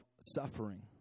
suffering